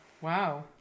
Wow